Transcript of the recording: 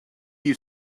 you